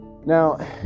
Now